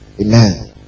Amen